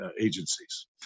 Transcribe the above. agencies